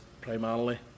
primarily